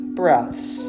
breaths